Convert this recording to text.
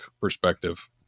perspective